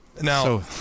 Now